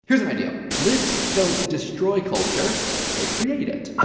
here's an idea. lists don't destroy culture. they create it.